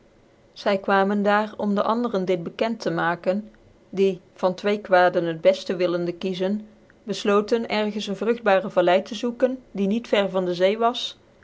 zy kwamen daar op dc anderen dit bekend maken die van twee kwaden het befte willende kiezen bcflotcn ergens een vrugtbarc valey tc zoeken die niet ver van dc zee was